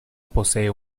posee